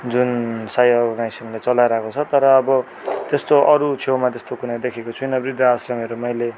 जुन साई अर्गनाईजेसनले चलाइराखेको छ तर अब त्यस्तो अरू छेउमा त्यस्तो कुनै देखेको छुइनँ बृद्ध आस्रमहरू मैले